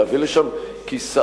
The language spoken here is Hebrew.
להביא לשם כיסאות,